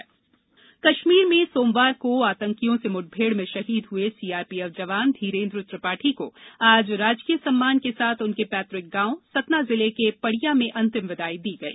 सतना शहीद कश्मीर में सोमवार को आतंकियों से मुठभेड़ में शहीद हुए सीआरपीएफ जवान धीरेन्द्र त्रिपाठी को आज राजकीय सम्मान के साथ उनके पैतृक गांव सतना जिले के पड़िया में अंतिम विदाई दी गई